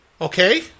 Okay